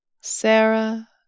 Sarah